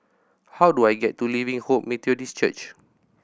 how do I get to Living Hope Methodist Church